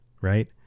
right